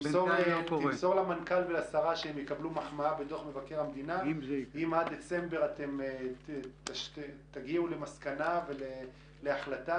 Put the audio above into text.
תמסור לשרה שיקבלו מחמאה בדוח המקר אם עד דצמבר תגיעו למסקנה והחלטה